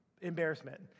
embarrassment